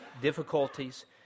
difficulties